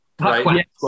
Right